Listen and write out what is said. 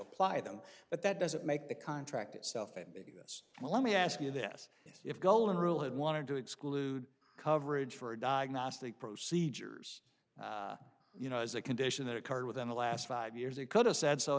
apply them but that doesn't make the contract itself in this well let me ask you this if golden rule had wanted to exclude coverage for a diagnostic procedures you know as a condition that occurred within the last five years it could have said so